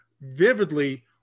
vividly